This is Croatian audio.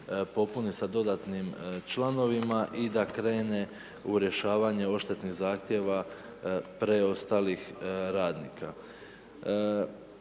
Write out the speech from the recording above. popune sa dodatnim članovima i da krene u rješavanje odštetnih zahtjeva preostalih radnika.